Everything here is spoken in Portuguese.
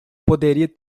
poderia